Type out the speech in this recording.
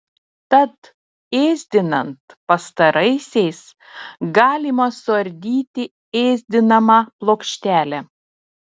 tad ėsdinant pastaraisiais galima suardyti ėsdinamą plokštelę